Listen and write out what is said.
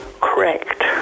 correct